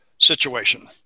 situation